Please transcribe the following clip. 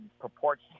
purports